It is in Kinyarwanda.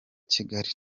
kigali